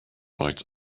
bites